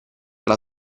alla